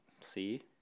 See